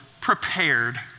prepared